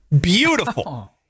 beautiful